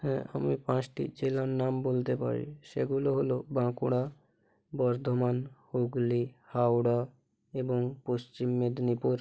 হ্যাঁ আমি পাঁচটি জেলার নাম বলতে পারি সেগুলো হলো বাঁকুড়া বর্ধমান হুগলি হাওড়া এবং পশ্চিম মেদিনীপুর